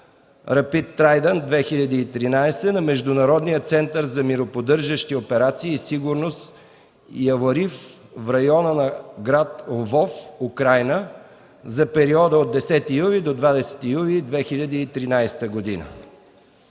„Рапид Трайдънт 2013” на Международния център за мироподдържащи операции и сигурност и авария в района на град Лвов – Украйна, за периода от 10 юли до 20 юли 2013 г.